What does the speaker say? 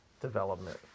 development